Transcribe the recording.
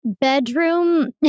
bedroom